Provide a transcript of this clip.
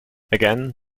again